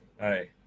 Hi